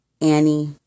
Annie